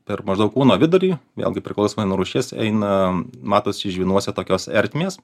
per maždaug kūno vidurį vėlgi priklausomai nuo rūšies eina matosi žvynuose tokios ertmės